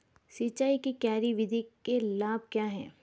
सिंचाई की क्यारी विधि के लाभ क्या हैं?